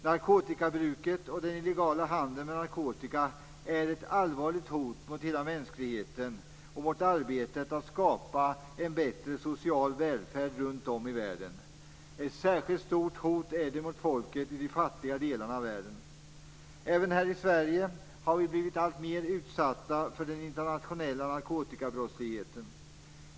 Narkotikabruket och den illegala handeln med narkotika är ett allvarligt hot mot hela mänskligheten och mot arbetet med att skapa en bättre social välfärd runt om i världen. Ett särskilt stort hot är det mot folken i de fattiga delarna av världen. Även här i Sverige har vi blivit alltmer utsatta för den internationella narkotikabrottsligheten.